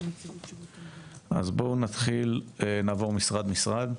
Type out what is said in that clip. בואו נתחיל נעבור משרד-משרד,